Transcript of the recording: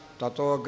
Tato